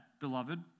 beloved